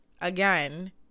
again